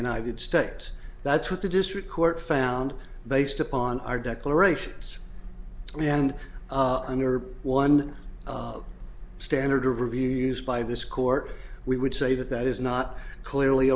united states that's what the district court found based upon our declarations and under one standard of review used by this court we would say that that is not clearly